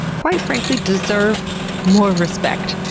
quite frankly, deserve more respect.